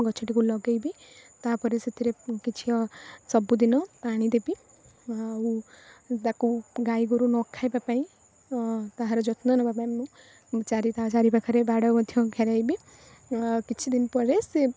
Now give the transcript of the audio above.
ଗଛଟିକୁ ଲଗାଇବି ତା'ପରେ ସେଥିରେ କିଛି ଓ ସବୁଦିନ ପାଣି ଦେବି ଆଉ ତାକୁ ଗାଈଗୋରୁ ନଖାଇବା ପାଇଁ ତାହାର ଯତ୍ନ ନେବାପାଇଁ ମୁଁ ଚାରି ତା ଚାରିପାଖରେ ବାଡ଼ ମଧ୍ୟ ଘେରାଇବି କିଛିଦିନ ପରେ ସିଏ